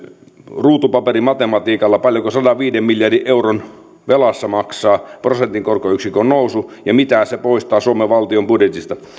ruutupaperimatematiikalla paljonko sadanviiden miljardin euron velassa maksaa prosentin korkoyksikön nousu ja mitä se poistaa suomen valtion budjetista